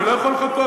אני לא יכול לחכות.